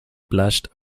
blushed